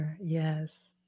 yes